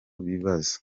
bibazo